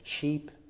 cheap